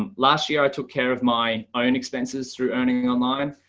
um last year, i took care of my own expenses through earning online.